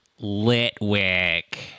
Litwick